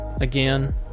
again